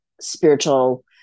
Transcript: Spiritual